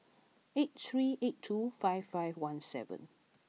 eight three eight two five five one seven